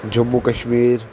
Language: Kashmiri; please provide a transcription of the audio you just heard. جموں کشمیٖر